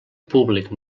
públic